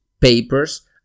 papers